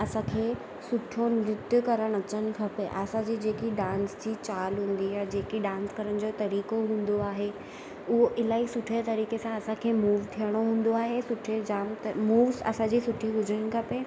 असांखे सुठो नृत्य करणु अचणु खपे असांजी जेकी डांस जी चाल हूंदी आहे जेकी डांस करण जो तरीक़ो हूंदो आहे उहो इलाही सुठे तरीक़े सां असांखे मूव थियणो हूंदो आहे सुठे जामु मूव्स असांजी सुठी हुजिणी खपे